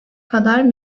kadar